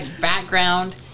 background